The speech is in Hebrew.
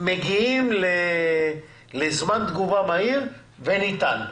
מגיעים לזמן תגובה מהיר וניתן.